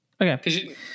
Okay